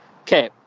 okay